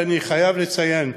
ואני חייב לציין,